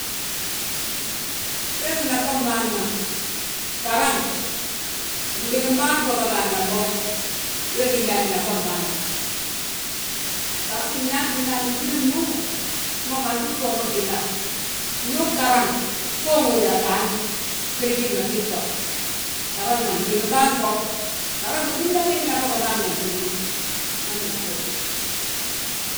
Wee gí nafam bâan ma, garaŋ a fnɓigim bâan fo bâgaadnam bo. We gí ndaani nafam bâan ma, garaŋ nyaanti ndaani gwili fmbúŋ, mo gantu utoo mo gilla. Ndu ugaraŋ, fo uŋóoda ataan, gwili giindi ma gii tto. Garaŋ ma fnɓim bâan fo, garaŋ gí ndaani ngi nafa a ɓigi ma, ngete nafa uduulu wi.